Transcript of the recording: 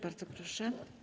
Bardzo proszę.